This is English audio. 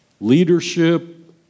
leadership